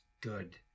good